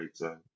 right